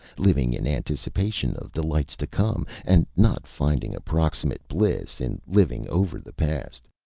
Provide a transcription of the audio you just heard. living in anticipation of delights to come, and not finding approximate bliss in living over the past.